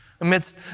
Amidst